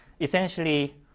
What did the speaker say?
Essentially